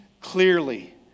clearly